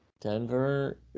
Denver